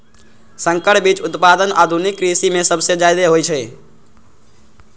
संकर बीज उत्पादन आधुनिक कृषि में सबसे जादे होई छई